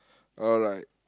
alright